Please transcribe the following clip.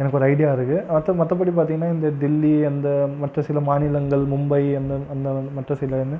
எனக்கு ஒரு ஐடியா இருக்குது மற்ற மற்றபடி பார்த்திங்கன்னா இந்த டெல்லி அந்த மற்ற சில மாநிலங்கள் மும்பை அந்த அந்த மற்ற சிலன்னு